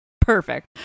perfect